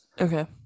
Okay